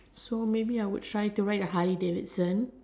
so maybe I would try to ride a Harley Davidson